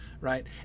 Right